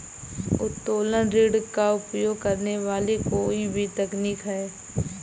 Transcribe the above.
उत्तोलन ऋण का उपयोग करने वाली कोई भी तकनीक है